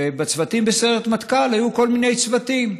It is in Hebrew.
ובסיירת מטכ"ל היו כל מיני צוותים.